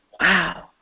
wow